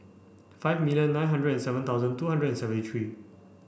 five million nine hundred seven thousand two hundred and seventy three